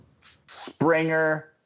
Springer